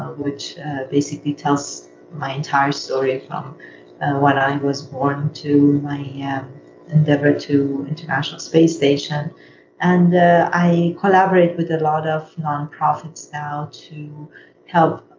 which basically tells my entire story from um when i was born to my yeah endeavor to international space station and i collaborate with a lot of nonprofits now to help